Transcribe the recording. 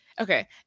okay